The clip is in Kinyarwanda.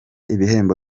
ibihembo